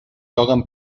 lloguen